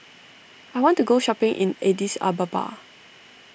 I want to go shopping in Addis Ababa